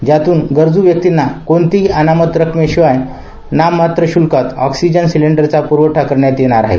ज्यातून गरजू व्यक्तींना कोणतीही अनामत रक्कमेशिवाय नाममात्र शुल्कात ऑक्सिजन सिलेंडरचा पुरवठा करण्यात येणार आहे